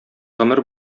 гомер